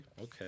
okay